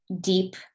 deep